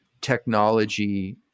technology